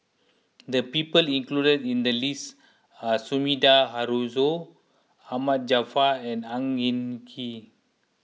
the people included in the list are Sumida Haruzo Ahmad Jaafar and Ang Hin Kee